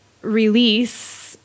release